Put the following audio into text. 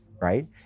Right